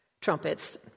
trumpets